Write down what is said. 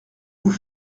vous